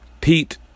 Pete